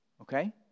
Okay